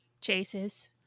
chases